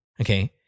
Okay